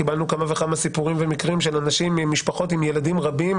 קיבלנו כמה וכמה סיפורים ומקרים של אנשים להם ילדים רבים,